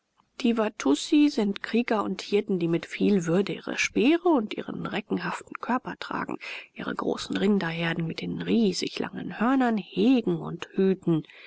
die watussi sind krieger und hirten die mit viel würde ihre speere und ihren reckenhaften körper tragen ihre großen rinderherden mit den riesig langen hörnern hegen und hüten